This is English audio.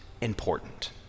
important